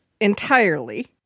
entirely